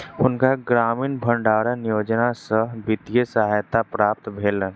हुनका ग्रामीण भण्डारण योजना सॅ वित्तीय सहायता प्राप्त भेलैन